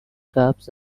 cups